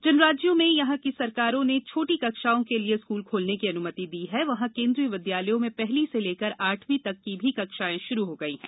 जिन राज्यों में वहां की सरकारों ने छोटी कक्षाओं के लिए स्कूल खोलने की अनुमति दी है वहां केन्द्रीय विद्यालयों में पहली से लेकर आठवीं तक की भी कक्षाएं शुरू हो गई है